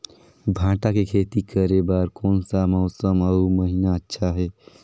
भांटा के खेती करे बार कोन सा मौसम अउ महीना अच्छा हे?